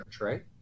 right